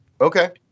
okay